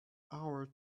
hour